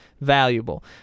valuable